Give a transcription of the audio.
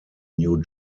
new